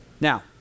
Now